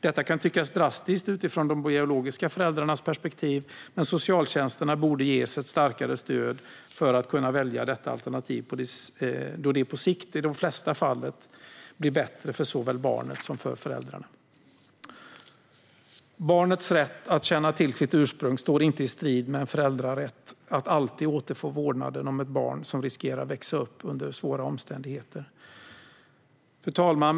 Detta kan tyckas drastiskt utifrån de biologiska föräldrarnas perspektiv, men socialtjänsterna borde ges ett starkare stöd för att kunna välja detta alternativ då det på sikt i de flesta fall blir bättre för såväl barnet som föräldrarna. Barnets rätt att känna till sitt ursprung står inte i strid med en föräldrarätt att alltid återfå vårdnaden om ett barn som riskerar att växa upp under svåra omständigheter. Fru talman!